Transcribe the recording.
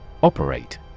Operate